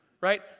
right